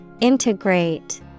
Integrate